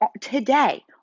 Today